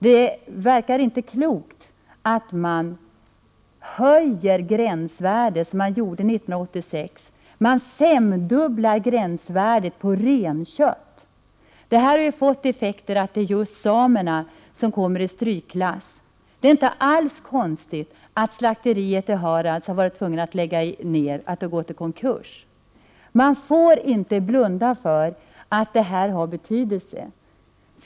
Det verkar inte klokt att man höjer gränsvärdet så som man gjorde 1986, då gränsvärdet för renkött ökade med fem gånger så mycket. Effekten av detta är att det är samerna som kommit i strykklass. Det är inte alls konstigt att slakteriet i Harads har gått i konkurs. Man får inte blunda för att detta är av betydelse.